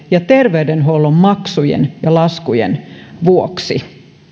ja terveydenhuollon maksujen ja laskujen vuoksi